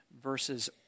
verses